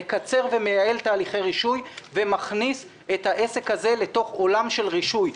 מקצר ומייעל תהליכי רישוי ומכניס את העסק הזה אל תוך עולם של רישוי.